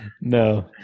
No